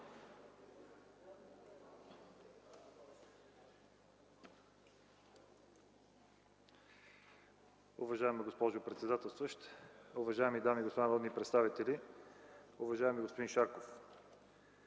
Уважаеми господин председател, уважаеми дами и господа народни представители! Уважаеми господин Адемов,